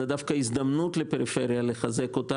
וזאת דווקא הזדמנות לחזק את הפריפריה.